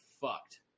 fucked